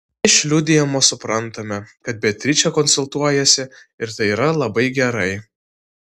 iš liudijimo suprantame kad beatričė konsultuojasi ir tai yra labai gerai